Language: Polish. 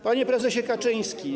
Panie Prezesie Kaczyński!